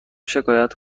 شکایت